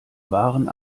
wahren